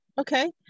Okay